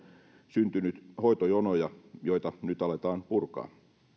syntynyt hoitojonoja joita nyt aletaan purkaa